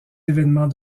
événements